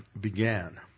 began